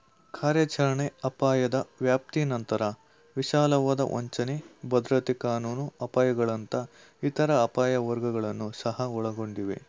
ಕಾರ್ಯಾಚರಣೆ ಅಪಾಯದ ವ್ಯಾಪ್ತಿನಂತ್ರ ವಿಶಾಲವಾದ ವಂಚನೆ, ಭದ್ರತೆ ಕಾನೂನು ಅಪಾಯಗಳಂತಹ ಇತರ ಅಪಾಯ ವರ್ಗಗಳನ್ನ ಸಹ ಒಳಗೊಂಡಿರುತ್ತೆ